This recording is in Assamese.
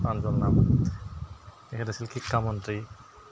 আনজন নাম তেখেত আছিল শিক্ষামন্ত্ৰী